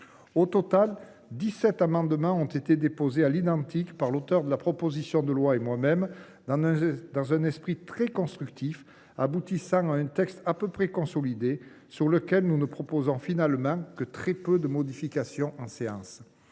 Au total, dix sept amendements ont été déposés à l’identique par l’auteur de la proposition de loi et moi même. Grâce à un esprit très constructif, nous avons abouti à un texte à peu près consolidé, sur lequel nous ne proposons finalement que très peu de modifications en séance.